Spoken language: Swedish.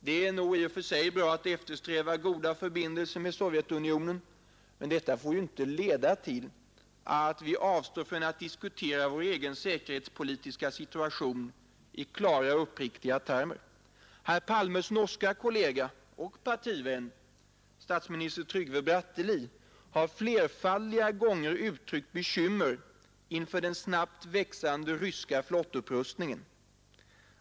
Det är nog bra att eftersträva goda förbindelser med Sovjetunionen, men detta får inte leda till att vi avstår från att diskutera vår egen säkerhetspolitiska situation i klara och uppriktiga termer. Herr Palmes norske kollega — och partivän — statsminister Trygve Bratteli har flerfaldiga gånger uttryckt bekymmer inför den snabbt växande ryska flottupprustningen.